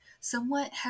somewhat